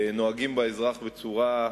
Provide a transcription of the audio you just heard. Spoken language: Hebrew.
נוהגים באזרח בצורה,